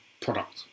product